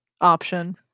option